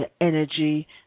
energy